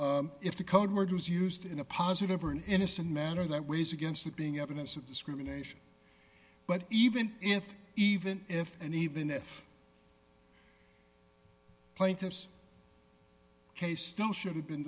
n if the code word was used in a positive or an innocent manner that weighs against it being evidence of discrimination but even if even if and even if plaintiff's case now should have been